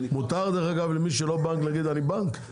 מותר, דרך אגב, למי שלא בנק להגיד שהוא בנק?